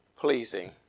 pleasing